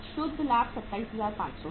शुद्ध लाभ 27500 है